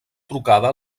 trucada